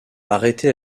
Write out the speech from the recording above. arrêté